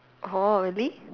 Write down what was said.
oh really